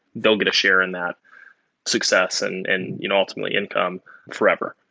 they'll get a share in that success, and and you know ultimately income forever.